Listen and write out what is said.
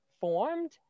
formed